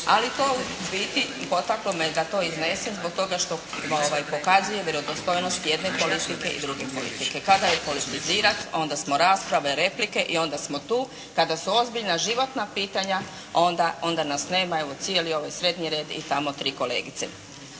biti potaklo me da to iznesem zbog toga što to pokazuje vjerodostojnost jedne politike i druge politike. Kada je politizirati onda smo rasprave, replike i onda smo tu, kada su ozbiljna životna pitanja onda nas nema i evo cijeli ovaj srednji red i tamo tri kolegice.